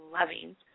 loving